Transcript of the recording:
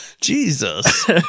Jesus